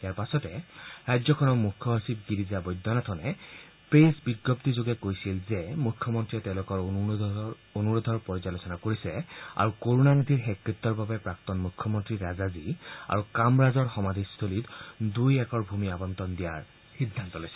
ইয়াৰ পাছতে ৰাজ্যখনৰ মুখ্য সচিব গিৰিজা বৈদ্যনাথনে প্ৰেছ বিজ্ঞপ্তিযোগে কয় যে মুখ্যমন্ত্ৰীয়ে তেওঁলোকৰ অনুৰোধৰ পৰ্যালোচনা কৰিছে আৰু কৰুণানিধিৰ শেষকত্যৰ বাবে প্ৰাক্তন মুখ্যমন্ত্ৰী ৰাজাজী আৰু কামৰাজৰ সমাধিস্থলীত দুই একৰ ভূমি আবণ্টন দিয়াৰ সিদ্ধান্ত লৈছে